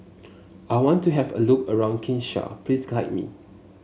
I want to have a look around Kinshasa please guide me